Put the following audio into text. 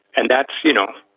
and that's, you know,